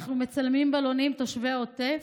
אנחנו מצלמים בלונים, תושבי העוטף,